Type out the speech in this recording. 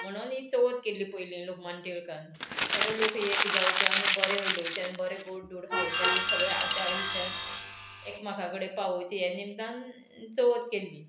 म्हणून ही चवथ केल्ली पयली लोकमान टिळकान सगळे लोक एक जावचो आनी बरें उलोवचे आनी बरें गोड गोड खावचे आनी सगळे आचार विचार एकमेकाकडेन पावोवचे हे निमतान चवथ केल्ली